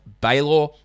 Baylor